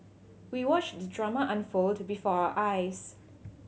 we watched the drama unfold before our eyes